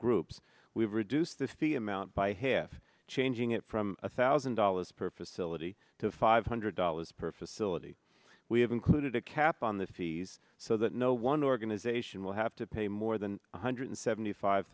groups we've reduced this fee amount by half changing it from a thousand dollars per facility to five hundred dollars per facility we have included a cap on the fees so that no one organization will have to pay more than one hundred seventy five